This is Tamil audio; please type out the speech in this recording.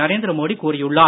நரேந்திரமோடி கூறியுள்ளார்